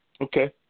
Okay